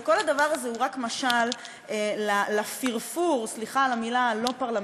וכל הדבר הזה הוא רק משל ל"פרפור" סליחה על המילה הלא-פרלמנטרית,